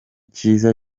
cyiza